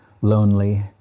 lonely